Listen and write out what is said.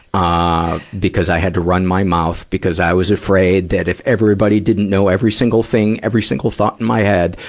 ah, because i had to run my mouth because i was afraid that if everybody didn't know every single thing, every single thought in my head,